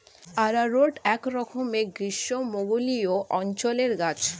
arrowroot একরকমের গ্রীষ্মমণ্ডলীয় অঞ্চলের গাছ